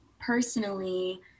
personally